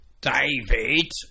David